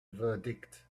verdict